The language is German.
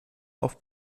auf